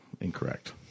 incorrect